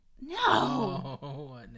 No